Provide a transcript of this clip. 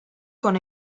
con